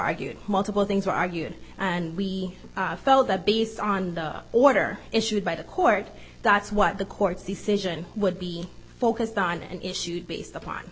argued multiple things were argued and we felt that based on the order issued by the court that's what the court's decision would be focused on an issue based upon